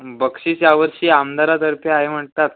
बक्षीस या वर्षी आमदारातर्फे आहे म्हणतात